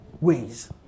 ways